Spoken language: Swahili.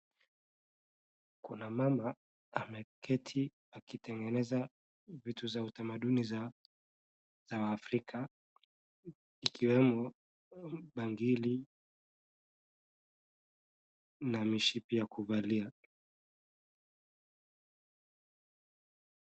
Kuna mama ameketi wakitengeneza vitu za utamaduni za wafrika ikiwemo bangili na mishipi ya kuvalia.